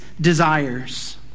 desires